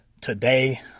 Today